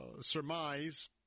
surmise